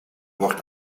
wordt